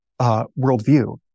worldview